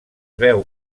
veu